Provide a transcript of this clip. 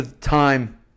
time